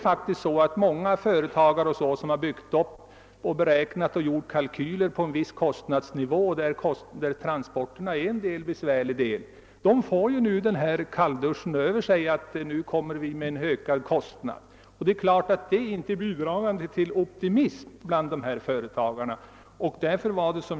För många företagare i norr, som byggt ut och gjort kalkyler på en viss kostnadsnivå, där transporterna är en besvärlig del, har beskedet om dessa ökade kostnader kommit som en kalldusch. Det har naturligtvis inte bidragit till någon optimism bland dessa företagare.